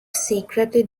secretly